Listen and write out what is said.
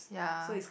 yeah